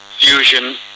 fusion